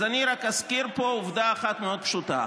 אז אני רק אזכיר פה עובדה אחת מאוד פשוטה: